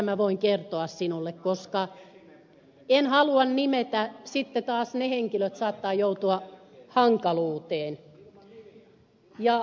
minä voin kertoa teille mutta en halua tarkemmin nimetä koska sitten taas ne henkilöt saattavat joutua hankaluuksiin